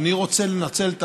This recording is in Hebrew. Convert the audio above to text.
אני רוצה לנצל את